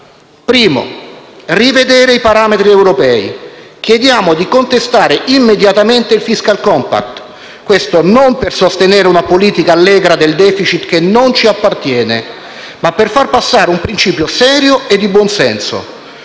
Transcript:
Primo: rivedere i parametri europei. Chiediamo di contestare immediatamente il *fiscal compact*, questo non per sostenere una politica allegra del *deficit* che non ci appartiene, ma per far passare un principio serio e di buon senso: